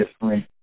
different